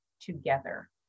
together